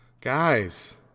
Guys